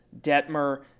Detmer